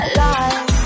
life